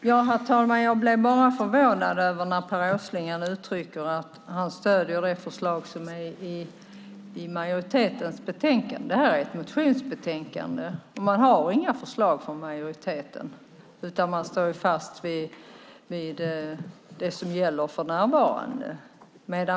Herr talman! Jag blir förvånad när Per Åsling uttrycker att han stöder majoritetens förslag i betänkandet. Det här är ett motionsbetänkande, och man har inga förslag från majoriteten, utan man står fast vid det som för närvarande gäller.